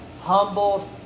humbled